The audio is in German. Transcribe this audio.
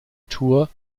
tour